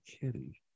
kitty